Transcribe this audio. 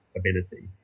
ability